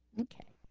okay,